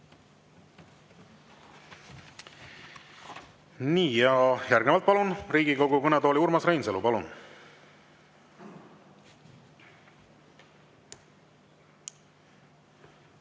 Aitäh! Järgnevalt palun Riigikogu kõnetooli Urmas Reinsalu. Palun!